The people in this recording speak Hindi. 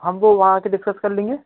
हम वो वहाँ आके डिस्कस कर लेंगे